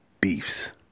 beefs